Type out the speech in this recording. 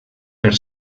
per